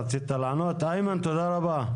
איימן, תודה רבה.